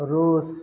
Russia